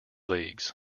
leagues